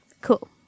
Cool